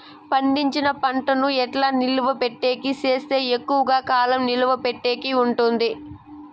పండించిన పంట ను ఎట్లా నిలువ పెట్టేకి సేస్తే ఎక్కువగా కాలం నిలువ పెట్టేకి ఉంటుంది?